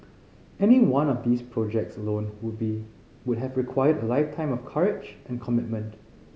any one of these projects alone would be would have required a lifetime of courage and commitment